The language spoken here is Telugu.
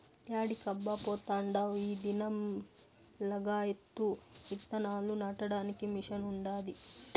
యాడికబ్బా పోతాండావ్ ఈ దినం లగాయత్తు ఇత్తనాలు నాటడానికి మిషన్ ఉండాది